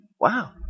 Wow